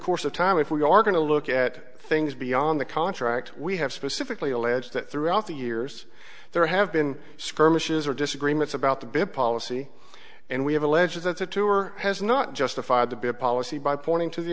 course of time if we are going to look at things beyond the contract we have specifically alleged that throughout the years there have been skirmishes or disagreements about the bid policy and we have alleged that the tour has not justified to be a policy by pointing to the